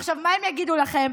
עכשיו, מה הם יגידו לכם?